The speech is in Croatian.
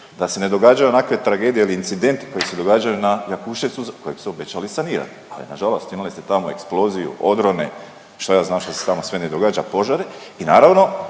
da se ne događaju onakve tragedije ili incidenti koji se događaju na Jakuševcu za kojeg ste obećali sanirat, ali nažalost imali ste tamo eksploziju, odrone, šta ja znam šta se tamo sve ne događa, požare i naravno